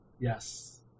yes